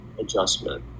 adjustment